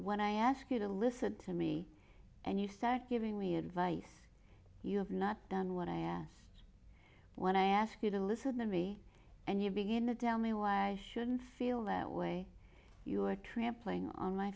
when i ask you to listen to me and you sagging we advice you have not done what i asked when i ask you to listen to me and you begin to doubt me why i shouldn't feel that way you are trampling on my